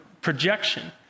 projection